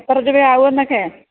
എത്ര രൂപയാകുമെന്നൊക്കെ